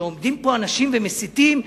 שעומדים פה אנשים ומסיתים,